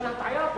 הטעיה.